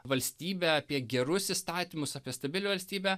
valstybę apie gerus įstatymus apie stabilią valstybę